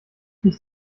nicht